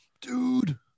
Dude